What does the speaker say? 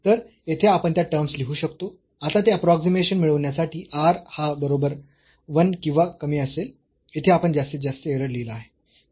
तर येथे आपण त्या टर्म्स लिहू शकतो आता ते अप्रोक्सीमेशन मिळविण्यासाठी R हा बरोबर 1 किंवा कमी असेल येथे आपण जास्तीत जास्त एरर लिहला आहे जो 0